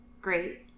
great